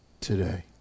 today